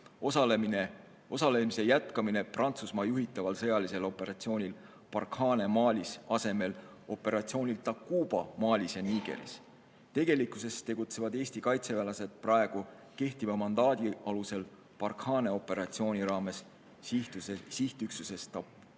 osalemise jätkamine Prantsusmaa juhitaval sõjalisel operatsioonil Barkhane Malis asemel operatsioonil Takuba Malis ja Nigeris. Tegelikkuses tegutsevad Eesti kaitseväelased praegu kehtiva mandaadi alusel operatsiooni Barkhane raames sihtüksuses Takuba.